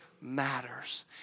matters